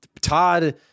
todd